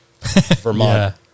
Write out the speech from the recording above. Vermont